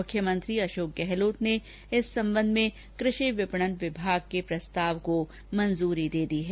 मुख्यमंत्री अशोक गहलोत ने इस संबंध में कृषि विपणन विभाग के प्रस्ताव को स्वीकृति दे दी है